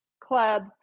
club